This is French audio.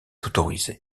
autorisé